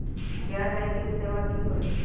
गैर बैंकिंग सेवा की होई?